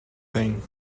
thing